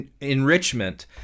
enrichment